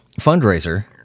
fundraiser